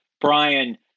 Brian